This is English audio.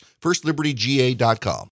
firstlibertyga.com